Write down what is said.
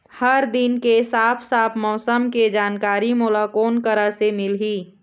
हर दिन के साफ साफ मौसम के जानकारी मोला कोन करा से मिलही?